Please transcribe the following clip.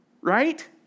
right